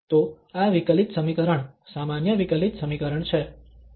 તો આ વિકલિત સમીકરણ સામાન્ય વિકલિત સમીકરણ છે